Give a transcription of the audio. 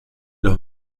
los